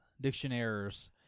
dictionaries